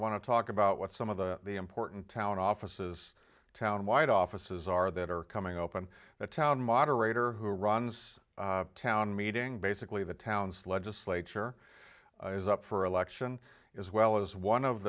want to talk about what some of the important town offices town wide offices are that are coming up on the town moderator who runs town meeting basically the town's legislature is up for election as well as one